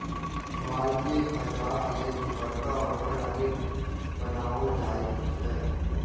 मालके खयबाक लेल बड़का बड़का नादि बनाओल जाइत छै